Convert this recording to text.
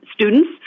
students